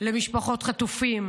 למשפחות חטופים,